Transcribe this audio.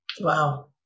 Wow